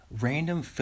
random